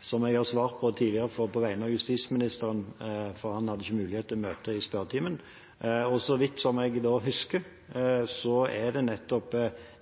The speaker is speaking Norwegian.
som jeg har svart på tidligere på vegne av justisministeren, en gang han ikke hadde mulighet til å møte i spørretimen. Så vidt jeg husker, er det nettopp